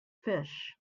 fish